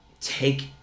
take